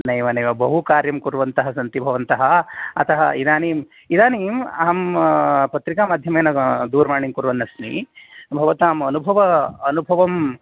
नैव नैव बहुकार्यं कुर्वन्तः सन्ति भवन्तः अतः इदानीम् इदानीम् अहं पत्रिकामाध्यमेन दूरवाणीं कुर्वन् अस्मि भवतां अनुभव अनुभवं